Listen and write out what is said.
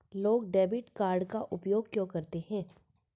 लोग debit card का उपयोग क्यों करते हैं?